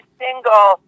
single